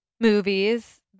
movies